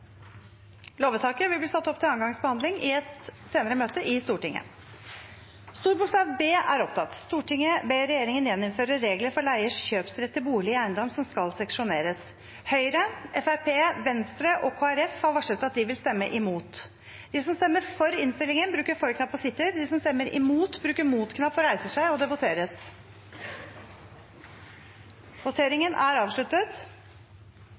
Lovvedtaket vil bli satt opp til andre gangs behandling i et senere møte i Stortinget. Videre var innstilt: Høyre, Fremskrittspartiet, Venstre og Kristelig Folkeparti har varslet at de vil stemme imot. Det voteres